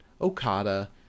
Okada